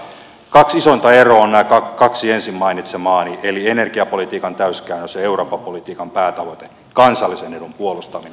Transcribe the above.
kaksi isointa eroa ovat nämä kaksi ensin mainitsemaani eli energiapolitiikan täyskäännös ja eurooppa politiikan päätavoite kansallisen edun puolustaminen